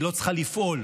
היא לא צריכה לפעול.